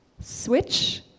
Switch